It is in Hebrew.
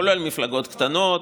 כולל מפלגות קטנות,